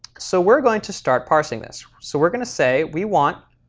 so we're going to start parsing this. so we're going to say we want